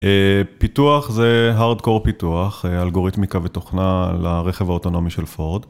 פיתוח זה Hardcore פיתוח, אלגוריתמיקה ותוכנה לרכב האוטונומי של פורד.